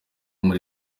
muri